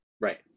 Right